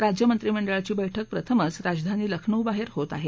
राज्य मंत्रिमंडळाची बैठक प्रथमचं राजधानी लखनऊ बाहेर होत आहे